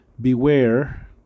Beware